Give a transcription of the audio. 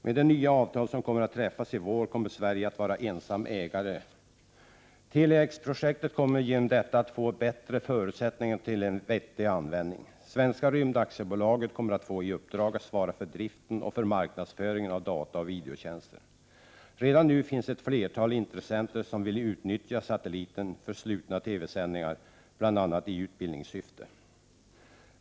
Med det nya avtal som träffas till våren kommer Sverige att vara ensam ägare. Tele-X-projektet kommer härigenom att få bättre förutsättningar när det gäller en vettig användning. Svenska rymdaktiebolaget kommer att få svara för driften och marknadsföringen av dataoch videotjänster. Redan nu finns det ett flertal intressenter som vill utnyttja satelliten för slutna TV-sändningar bl.a. i utbildningssyfte.